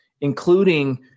including